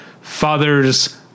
fathers